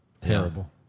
Terrible